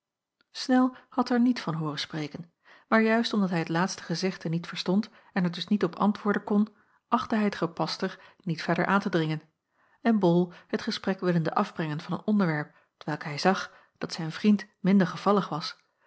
snel had er niet van hooren spreken maar juist omdat hij het laatste gezegde niet verstond en er dus niet op antwoorden kon achtte hij het gepaster niet verder aan te dringen en bol het gesprek willende afbrengen van een onderwerp t welk hij zag dat zijn vriend minder gevallig was